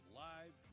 live